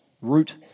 root